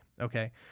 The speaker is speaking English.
Okay